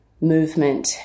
movement